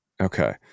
Okay